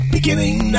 Beginning